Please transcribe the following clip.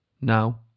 Now